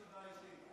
תגיש הודעה אישית.